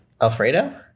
Alfredo